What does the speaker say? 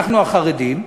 אנחנו החרדים,